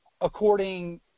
according